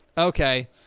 okay